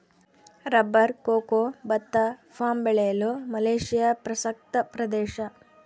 rubber cocoa ಭತ್ತ palm ಬೆಳೆಯಲು Malaysia ಪ್ರಸಕ್ತ ಪ್ರದೇಶ